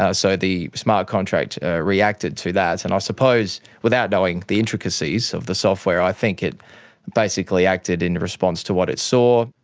ah so the smart contract reacted to that, and i suppose without knowing the intricacies of the software, i think it basically acted in response to what it saw.